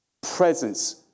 presence